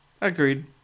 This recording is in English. Agreed